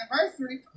anniversary